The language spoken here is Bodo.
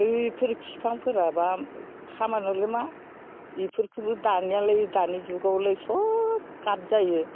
ओइफोर बिफांफोराबा खामानियावलाय मा बिफोरखौबो दानियालाय दानि जुगावलाय सब काट जायो